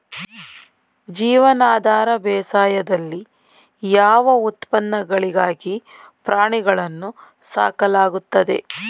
ಜೀವನಾಧಾರ ಬೇಸಾಯದಲ್ಲಿ ಯಾವ ಉತ್ಪನ್ನಗಳಿಗಾಗಿ ಪ್ರಾಣಿಗಳನ್ನು ಸಾಕಲಾಗುತ್ತದೆ?